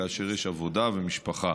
כאשר יש עבודה ומשפחה.